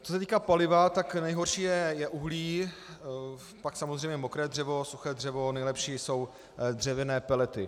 Co se týká paliva, tak nejhorší je uhlí, pak samozřejmě mokré dřevo, suché dřevo, nejlepší jsou dřevěné pelety.